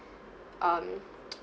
um